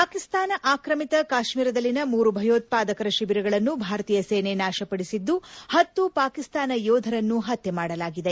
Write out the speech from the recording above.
ಪಾಕಿಸ್ತಾನ ಆಕ್ರಮಿತ ಕಾಶ್ಮೀರದಲ್ಲಿನ ಮೂರು ಭಯೋತ್ಪಾದಕರ ಶಿಬಿರಗಳನ್ನು ಭಾರತೀಯ ಸೇನೆ ನಾಶಪದಿಸಿದ್ದು ಹತ್ತು ಪಾಕಿಸ್ತಾನ ಯೋಧರನ್ನು ಹತ್ಯೆ ಮಾಡಲಾಗಿದೆ